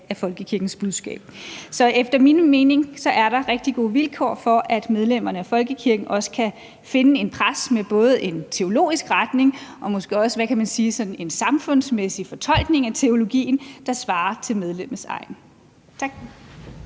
af folkekirkens budskab. Så efter min mening er der rigtig gode vilkår for, at medlemmerne af folkekirken kan finde en præst med både en teologisk retning og måske også – hvad kan man sige – en samfundsmæssig fortolkning af teologien, der svarer til medlemmets egen. Tak.